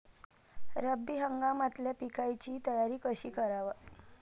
रब्बी हंगामातल्या पिकाइची तयारी कशी कराव?